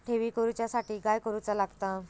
ठेवी करूच्या साठी काय करूचा लागता?